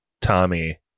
tommy